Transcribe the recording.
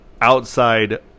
outside